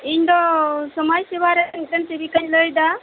ᱤᱧ ᱫᱚ ᱥᱚᱢᱟᱡ ᱥᱮᱵᱟ ᱨᱮᱱ ᱥᱮᱵᱤᱠᱟ ᱤᱧ ᱞᱟᱹᱭ ᱮᱫᱟ